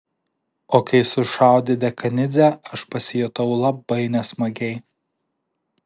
o kai sušaudė dekanidzę aš pasijutau labai nesmagiai